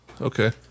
Okay